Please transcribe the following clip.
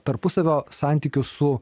tarpusavio santykius su